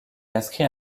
inscrit